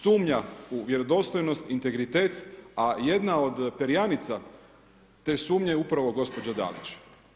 Sumnja u vjerodostojnost, integritet, a jedna od perjanica te sumnje je upravo gospođa Dalić.